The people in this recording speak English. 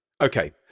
Okay